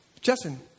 Justin